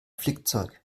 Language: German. flickzeug